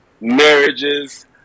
marriages